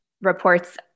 Reports